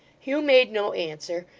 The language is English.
hugh made no answer,